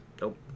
nope